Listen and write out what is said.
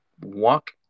walk